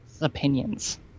opinions